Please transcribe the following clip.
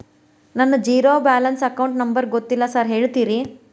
ನನ್ನ zero balance account number ಗೊತ್ತಿಲ್ಲ sir ಹೇಳ್ತೇರಿ?